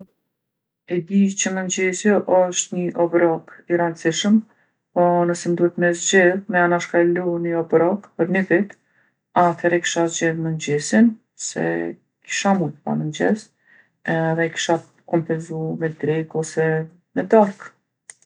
E di që mengjezi osht ni obrok i randsishëm, po nëse m'duhet me zgjedhë me anashkalu ni obrok për ni vit, athere e kisha zgjedhë mëngjezin se kisha mujtë pa mëngjez edhe e kisha kompenzu me drekë ose me darkë.